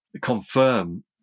confirm